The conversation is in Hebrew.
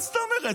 מה זאת אומרת?